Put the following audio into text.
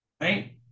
right